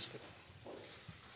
til